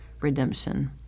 redemption